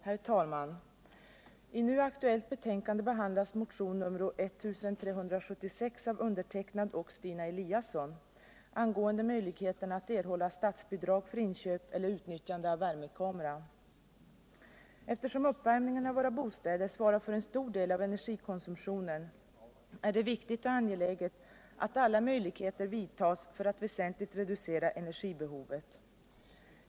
Herr talman! I det nu aktuella betänkandet behandlas motion nr 1376 av mig och Stina Eliasson angående möjligheterna att erhålla statsbidrag för inköp eller utnyttjande av värmekamera. Eftersom uppvärmningen av våra bostäder svarar för en stor del av energikonsumtionen är det viktigt och angeläget att alla möjligheter vidtas för att väsentligt reducera energibehovet.